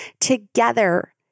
together